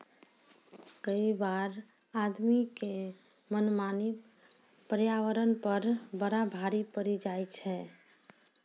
कई बार आदमी के मनमानी पर्यावरण पर बड़ा भारी पड़ी जाय छै